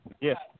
Yes